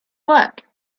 work